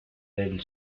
del